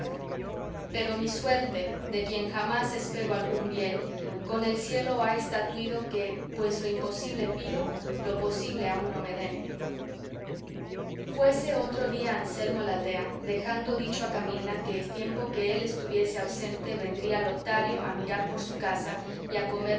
pero mi suerte de quien jamás espero algún bien con el cielo ha estatuido que pues lo imposible pido lo posible aun no me den fuese otro día anselmo a la aldea dejando dicho a camila que el tiempo que él estuviese ausente vendría lotario a mirar por su casa y a comer